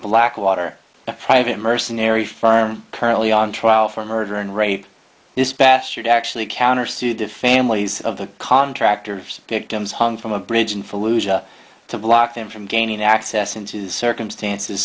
blackwater the private mercenary firm currently on trial for murder and rape this bastard actually countersued to families of the contractors victims hung from a bridge and for lucia to block them from gaining access into the circumstances